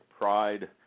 pride